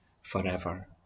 forever